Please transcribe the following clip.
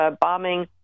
bombing